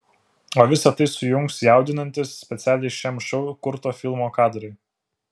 o visa tai sujungs jaudinantys specialiai šiam šou kurto filmo kadrai